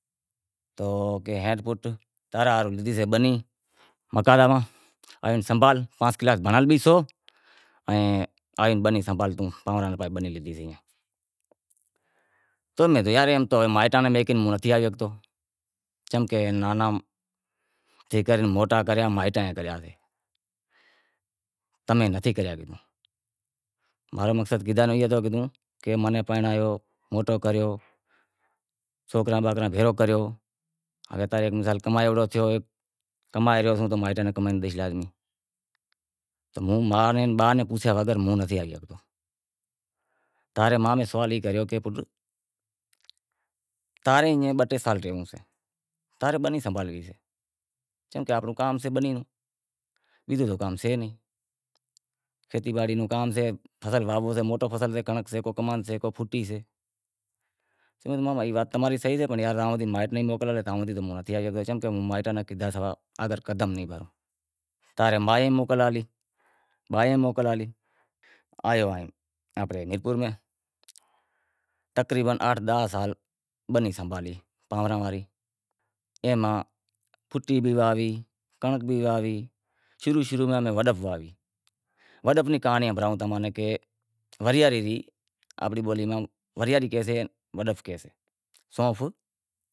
تو بنی مقاطا ماں ہوے سنبھال پانس کلاس بھنڑل بھی سو آن آوے بنی سنبھال، بنی لیدہی سے تو میں کہیوکہ یار مائیٹاں ناں مہیکے ہوں نتھی آوی سگھتو چمکہ ناناں سیں موٹا کریا مائیٹاں کریا تمیں نتھی کریا ماں رو مقصد کیدہا روں ای ہتو کہ تو ماناں پرنڑایو موٹو کریو سوکراں باکراں بھیڑو کریو ہوے مثال کمائی جیوو تھیو کمائے رہیو سوں تو مائیٹاں نیں کمائے ڈئیس لازمی، توں ما نیں با نیں پوسیا کہ ہوں نتھی آوی ریو تاں رے ماے سوال ای کریو کہ پٹ تاں رے ایئں بہ ٹے سال ریو تاں رے بنی سنبھالونوی سے چمکہ آنپڑو کام سے بنی روں بیزو تو کام سے نیں، کھیتی باڑی روں کام سے فصل واہنووں سے موٹو فصل سے کو کنڑنک کمند سے کو پھوٹی سے پنڑ ماما اے وات تماری صحیح سے پنڑ ہوں مائیٹ نیں موکل لئی زاواں تو ہوں نتھی آوی شگتو چمکہ مائیٹ نیں کیدہا سوا آگر قدم نیں وہائوں، تاں رے بھائی موکل ہالی آیو آنپڑے میرپور میں تقریبن آٹھ داہ سال بنی سنبھالی اے ماں پھوٹی بھی واہوی، کنڑنک بھی واہوی، شروع شروع میں امیں وڈف واہوی، وڈف نیں کہانڑی ہنبھرائوں تمیں کہ ورہیاڑے میں آنپڑی بولی میں ورہیاڑی کہیسیں وڈف کہیسیں۔